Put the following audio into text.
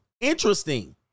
Interesting